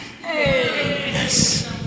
Yes